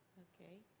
okay.